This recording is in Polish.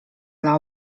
dla